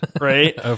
right